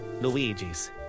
Luigi's